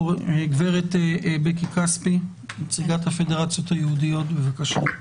גברת בקי כספי, נציגת הפדרציות היהודיות, בבקשה.